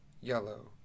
yellow